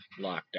lockdown